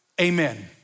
Amen